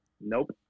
Nope